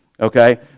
Okay